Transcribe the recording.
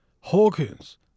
Hawkins